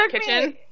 kitchen